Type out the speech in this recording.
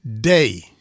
day